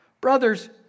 Brothers